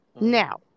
Now